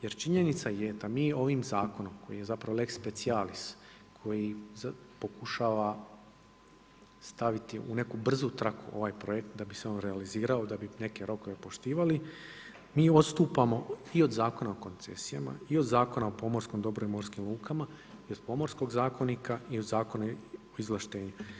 Jer činjenica je da mi ovim zakonom koji je zapravo lex specialis koji pokušava staviti u neku brzu traku ovaj projekt da bi se on realizirao, da bi neke rokove poštivali, mi odstupamo i od Zakona o koncesijama i od Zakona o pomorskom dobru i morskim lukama i od Pomorskog zakonika i od Zakona o izvlaštenju.